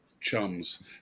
chums